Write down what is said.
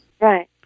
Right